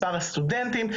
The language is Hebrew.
מספר הסטודנטים,